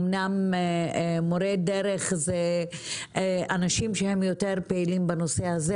אומנם מורי דרך זה אנשים שהם יותר פעילים בנושא הזה,